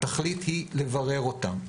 התכלית היא לברר אותם.